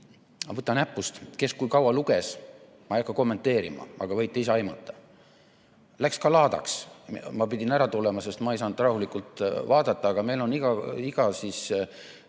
Aga võta näpust, kes kui kaua luges, seda ma ei hakka kommenteerima, võite ise aimata. Läks ka laadaks. Ma pidin ära tulema, ma ei saanud rahulikult vaadata. Aga meil on iga komisjoni